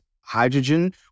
hydrogen